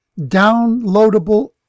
downloadable